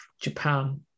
Japan